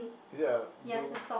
is it a blue